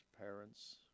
parents